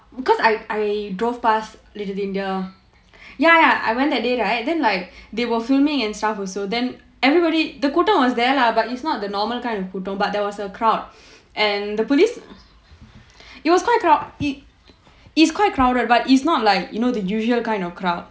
because I I drove past little india ya ya I went that day right then like they were filming in south also then everybody the கூட்டம்:koottam was there lah but he's not the normal kind of கூட்டம்:koottam but there was a crowd and the police it was quite crowded is quite crowded but it's not like you know the usual kind of crowd